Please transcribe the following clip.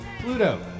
Pluto